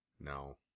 No